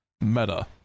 meta